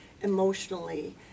emotionally